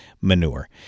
manure